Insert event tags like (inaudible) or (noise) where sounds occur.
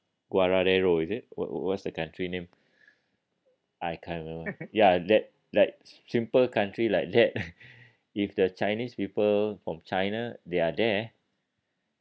gwarerero is it wh~ what's the country name I can't remember ya that like simple country like that (laughs) if the chinese people from china they are there